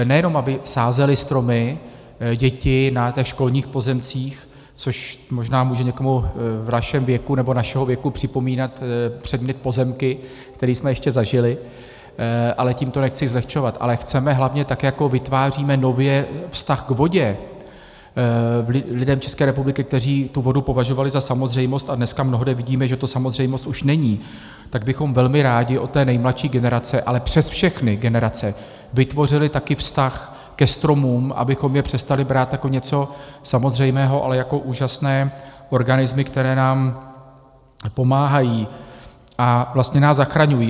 Nejenom aby děti sázely stromy na školních pozemcích, což možná může někomu v našem věku připomínat předmět pozemky, který jsme ještě zažili, ale tím to nechci zlehčovat, ale chceme hlavně, tak jako vytváříme lidem České republiky nově vztah k vodě, kteří vodu považovali za samozřejmost, a dneska mnohde vidíme, že to samozřejmost už není, tak bychom velmi rádi od té nejmladší generace, ale přes všechny generace, vytvořili taky vztah ke stromům, abychom je přestali brát jako něco samozřejmého, ale jako úžasné organismy, které nám pomáhají a vlastně nás zachraňují.